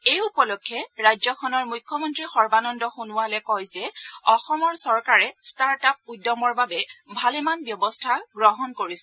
এই উপলক্ষে ৰাজ্যখনৰ মুখ্যমন্তী সৰ্বানন্দ সোণোৱালে কয় যে অসমৰ চৰকাৰে ষ্টাৰ্টআপ উদ্যমৰ বাবে ভালেমান ব্যৱস্থা গ্ৰহণ কৰিছে